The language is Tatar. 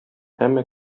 һәммә